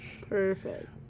Perfect